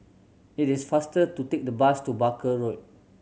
it is faster to take the bus to Barker Road